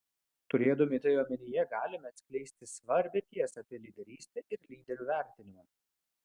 turėdami tai omenyje galime atskleisti svarbią tiesą apie lyderystę ir lyderių vertinimą